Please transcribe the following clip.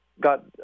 got